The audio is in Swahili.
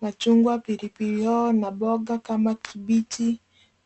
machungwa, pilipili hoho na mboga kama kibichi